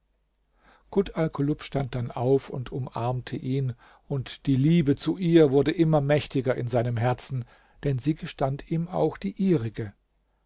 kut alkulub stand dann auf und umarmte ihn und die liebe zu ihr wurde immer mächtiger in seinem herzen denn sie gestand ihm auch die ihrige